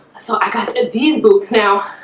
so i got these boots now.